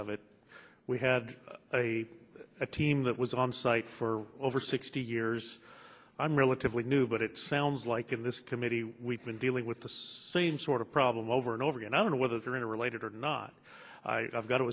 of it we had a team that was on site for over sixty years i'm relatively new but it sounds like in this committee we've been dealing with the same sort of problem over and over again i don't know whether they're in a related or not i've got to